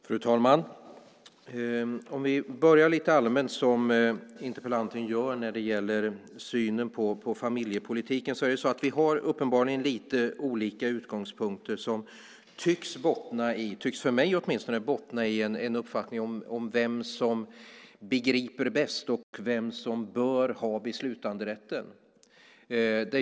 Fru talman! Låt oss börja lite allmänt, som interpellanten gör, när det gäller synen på familjepolitiken. Vi har uppenbarligen lite olika utgångspunkter som tycks, för mig, bottna i en uppfattning om vem som begriper bäst och vem som bör ha beslutanderätten.